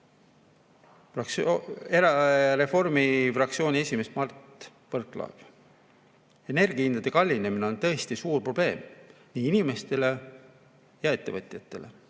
Reformi fraktsiooni esimees Mart Võrklaev nii: "Energiahindade kallinemine on tõesti suur probleem nii inimestele kui ka ettevõtetele,